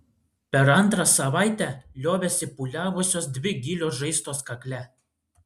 per antrą savaitę liovėsi pūliavusios dvi gilios žaizdos kakle